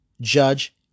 Judge